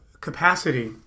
capacity